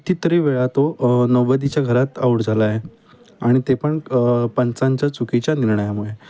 कितीतरी वेळा तो नव्वदीच्या घरात आउट झालाय आणि ते पण पंचांच्या चुकीच्या निर्णयामुळे